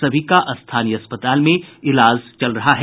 सभी का स्थानीय अस्पताल में इलाज चल रहा है